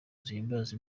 zihimbaza